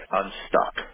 unstuck